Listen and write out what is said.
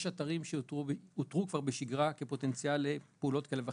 יש אתרים שכבר אותרו בשגרה כפוטנציאל לפעולות כאלה ואחרות,